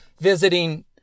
visiting